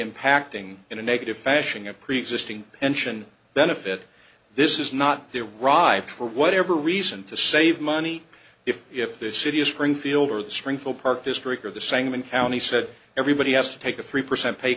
impacting in a negative fashion a preexisting pension benefit this is not their ride for whatever reason to save money if if the city of springfield or the springfield park district were the same and county said everybody has to take a three percent pay